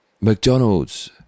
McDonald's